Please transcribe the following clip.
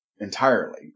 entirely